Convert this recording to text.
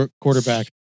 quarterback